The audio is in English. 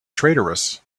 traitorous